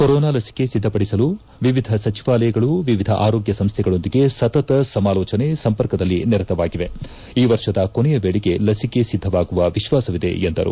corona ಲಸಿಕೆ ಸಿದ್ದಪಡಿಸಲು ವಿವಿಧ ಸಚಿವಾಲಯಗಳು ವಿವಿಧ ಆರೋಗ್ಯ ಸಂಸ್ದೆಗಳೊಂದಿಗೆ ಸತತ ಸಮಾಲೋಚನೆ ಸಂಪರ್ಕದಲ್ಲಿ ನಿರತವಾಗಿವೆ ಈ ವರ್ಷದ ಕೊನೆಯ ವೇಳೆಗೆ ಲಸಿಕೆ ಸಿದ್ದವಾಗುವ ವಿಶ್ವಾಸವಿದೆ ಎಂದರು